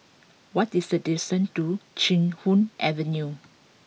what is the distance to Chee Hoon Avenue